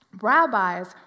Rabbis